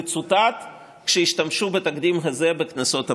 שתצוטט כשישתמשו בתקדים הזה בכנסות הבאות.